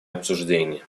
обсуждение